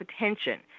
attention